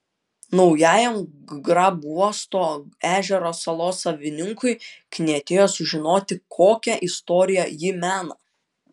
naujajam grabuosto ežero salos savininkui knietėjo sužinoti kokią istoriją ji mena